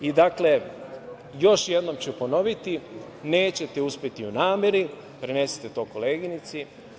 Dakle, još jednom ću ponoviti, nećete uspeti u nameri, prenesite to koleginici.